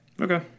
Okay